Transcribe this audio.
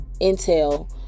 intel